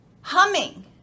humming